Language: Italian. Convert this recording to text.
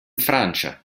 francia